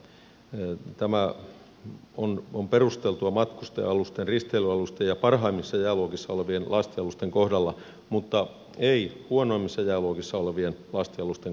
tä mä on perusteltua matkustaja alusten risteilyalusten ja parhaimmissa jääluokissa olevien lastialusten kohdalla mutta ei huonoimmissa jääluokissa olevien lastialusten kohdalla